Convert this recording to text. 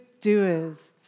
doers